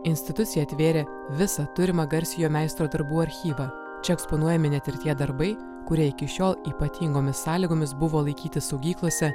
institucija atvėrė visą turimą garsiojo meistro darbų archyvą čia eksponuojami net ir tie darbai kurie iki šiol ypatingomis sąlygomis buvo laikyti saugyklose